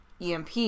EMP